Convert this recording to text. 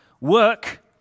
Work